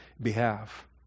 behalf